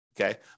okay